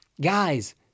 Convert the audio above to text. Guys